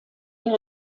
der